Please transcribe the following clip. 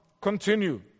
continue